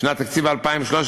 שנת תקציב 2013,